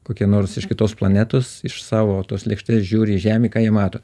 kokie nors iš kitos planetos iš savo tos lėkštės žiūri į žemę ką jie mato